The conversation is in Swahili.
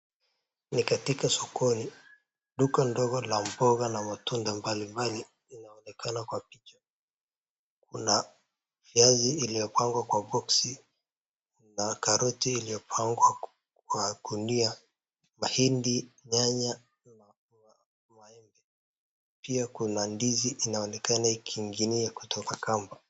Ni katika sokoni duka ndogo la mboga na matunda mbalimbali. Linaonekana kwa picha kuna viazi iliyopangwa kwa boxi na karoti iliyopangwa kwa gunia mahindi nyanya na maembe. Pia kuna ndizi inaonekana ikiinginia kutoka kamba.